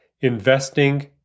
investing